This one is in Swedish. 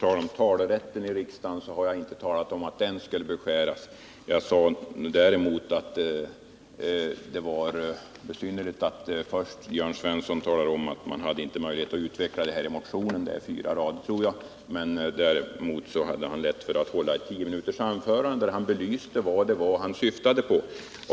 Herr talman! Jag har inte talat om att rätten att yttra sig i riksdagen borde beskäras. Jag sade att det var besynnerligt att Jörn Svensson talar om att man inte haft möjlighet att utveckla sina åsikter i motionen — den bestod av tre rader —- medan han däremot hade lätt för att hålla ett tio minuter långt anförande där han belyste vad det var han syftade på.